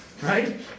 Right